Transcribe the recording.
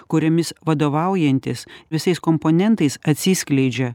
kuriomis vadovaujantis visais komponentais atsiskleidžia